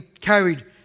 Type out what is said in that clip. carried